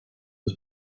was